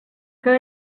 que